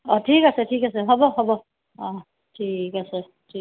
অঁ ঠিক আছে ঠিক আছে হ'ব হ'ব অঁ ঠিক আছে